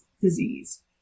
disease